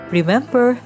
Remember